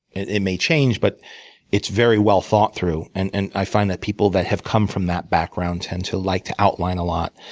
it may change, but it's very well thought through. and and i find that people that have come from that background tend to like to outline a lot.